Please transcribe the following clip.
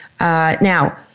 Now